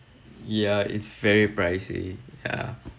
ya it's very pricey ya